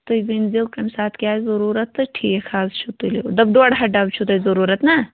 تُہۍ ؤنۍزیو کَمہِ ساتہٕ کیٛاہ آسہِ ضٔروٗرَت تہٕ ٹھیٖک حظ چھُ تُلِو دَپ ڈۄڈ ہَتھ ڈَبہٕ چھُو تۄہہِ ضٔروٗرَت نا